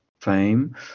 Fame